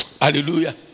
Hallelujah